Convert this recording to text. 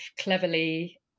cleverly